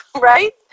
Right